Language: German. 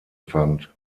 fand